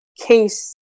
case